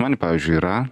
man pavyzdžiui yra